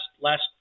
last